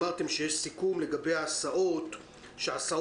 מערכת הטלפונים עדיין עובדת במקביל לשיעורים שהמורים